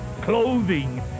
clothing